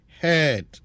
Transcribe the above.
head